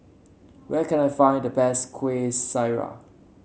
where can I find the best Kueh Syara